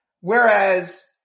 Whereas